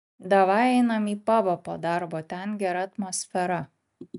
davai einam į pabą po darbo ten gera atmosfera